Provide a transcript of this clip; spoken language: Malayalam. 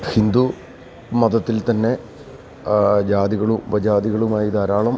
ഹിന്ദു മതത്തിൽ തന്നെ ജാതികളും ഉപജാതികളുമായി ധാരാളം